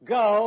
go